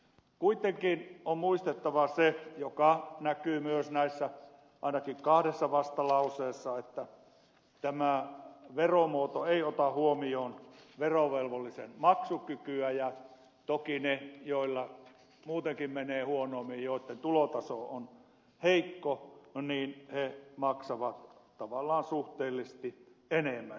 kuitenkin on muistettava se joka näkyy myös ainakin kahdessa vastalauseessa että tämä veromuoto ei ota huomioon verovelvollisen maksukykyä ja toki ne joilla muutenkin menee huonommin joitten tulotaso on heikko maksavat tavallaan suhteellisesti enemmän